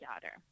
daughter